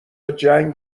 جنگ